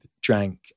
drank